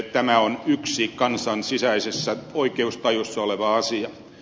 tämä on yksi kansan sisäisessä oikeustajussa oleva asia